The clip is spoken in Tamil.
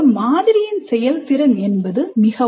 ஆனால் அதற்கு குறிப்பிட்ட முயற்சி தேவைப்படுகிறது